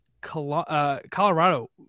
Colorado